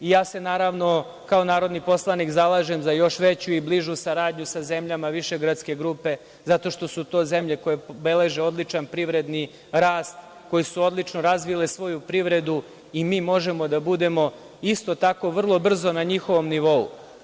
Ja se naravno kao narodni poslanik zalažem za još veću i bližu saradnju sa zemljama Višegradske grupe zato što su to zemlje koje beleže odličan privredni rast, koje su odlično razvile svoju privredu i mi možemo da budemo isto tako vrlo brzo na njihovom nivou.